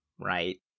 right